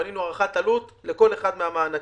בנינו הערכת עלות לכל אחד מהמענקים.